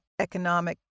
economic